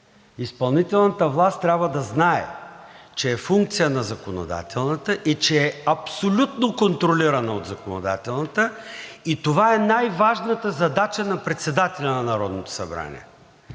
изпълнителната власт трябва да знае, че е функция на законодателната и че е абсолютно контролирана от законодателната, и това е най-важната задача на председателя на Народното събрание.